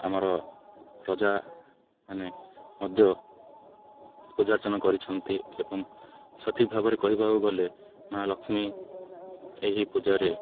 ଆମର ରଜା ମାନେ ମଧ୍ୟ ପୂଜା ଅର୍ଚ୍ଚନା କରିଛନ୍ତି ଏବଂ ସଠିକ୍ ଭାବରେ କହିବାକୁ ଗଲେ ମାଆ ଲକ୍ଷ୍ମୀ ଏହି ପୂଜାରେ